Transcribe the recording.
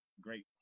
great